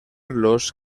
los